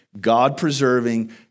God-preserving